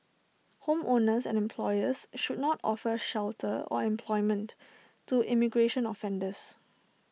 homeowners and employers should not offer shelter or employment to immigration offenders